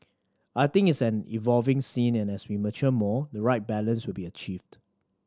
I think it's an evolving scene and as we mature more the right balance will be achieved